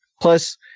Plus